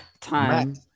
Time